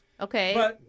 okay